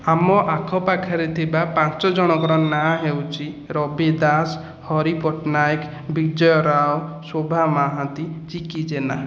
ଆମ ଆଖପାଖରେ ଥିବା ପାଞ୍ଚ ଜଣଙ୍କର ନାଁ ହେଉଛି ରବି ଦାସ ହରି ପଟ୍ଟନାୟକ ବିଜୟ ରାଓ ଶୋଭା ମହାନ୍ତି ଚିକି ଜେନା